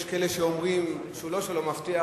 יש כאלה שאומרים שלא שהוא לא מבטיח,